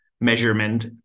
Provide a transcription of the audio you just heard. measurement